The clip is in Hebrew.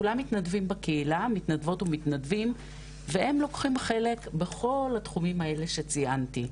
כולם מתנדבות ומתנדבים בקהילה והם לוקחים חלק בכל התחומים האלה שציינתי.